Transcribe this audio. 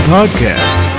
Podcast